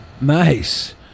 Nice